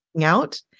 out